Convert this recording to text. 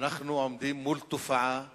הרי אנחנו עומדים מול תופעה קשה,